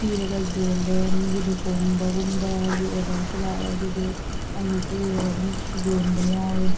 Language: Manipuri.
ꯄꯤꯔꯒ ꯌꯣꯜꯂꯦ ꯃꯤꯒꯤ ꯂꯨꯍꯣꯡꯕꯒꯨꯝꯕꯒꯤ ꯑꯣꯔꯗꯔꯁꯨ ꯂꯥꯛꯑꯦ ꯑꯗꯨꯗꯨ ꯑꯩꯅ ꯇꯨꯔꯒ ꯑꯗꯨꯝ ꯌꯣꯟꯕ ꯌꯥꯎꯋꯦ